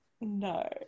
No